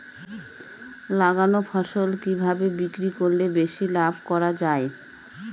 লাগানো ফসল কিভাবে বিক্রি করলে বেশি লাভ করা যায়?